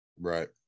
right